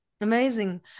Amazing